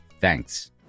Thanks